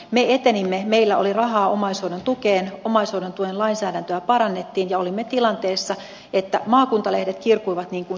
me etenimme meillä oli rahaa omaishoidon tukeen omaishoidon tuen lainsäädäntöä parannettiin ja olimme tilanteessa että maakuntalehdet kirkuivat niin kuin kirkuivat